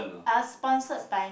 I was sponsored by me